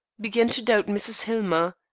began to doubt mrs. hillmer.